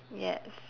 yes